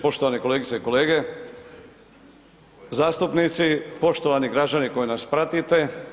Poštovane kolegice i kolege zastupnici, poštovani građani koji nas pratite.